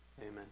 Amen